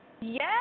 Yes